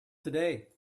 today